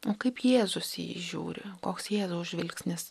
o kaip jėzus į jį žiūri koks jėzaus žvilgsnis